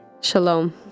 Shalom